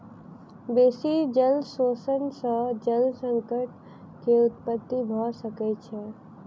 बेसी जल शोषण सॅ जल संकट के उत्पत्ति भ सकै छै